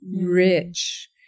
rich